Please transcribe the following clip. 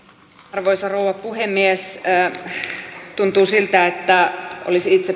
arvoisa rouva puhemies tuntuu siltä että olisi itse